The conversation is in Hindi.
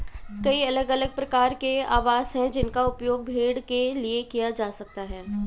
कई अलग अलग प्रकार के आवास हैं जिनका उपयोग भेड़ के लिए किया जा सकता है